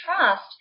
trust